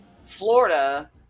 Florida